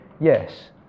Yes